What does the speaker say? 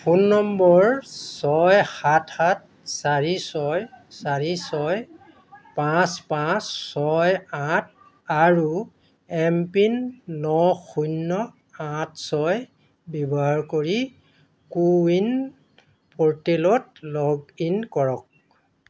phone number ছয় সাত সাত চাৰি ছয় চাৰি ছয় পাঁচ পাঁচ ছয় আঠ আৰু এম পিন ন শূন্য আঠ ছয় ব্যৱহাৰ কৰি কো ৱিন প'ৰ্টেলত লগ ইন কৰক